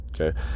okay